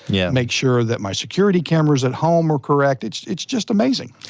yeah make sure that my security cameras at home are correct, it's it's just amazing.